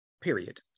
period